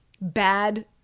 bad